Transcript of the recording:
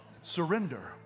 Surrender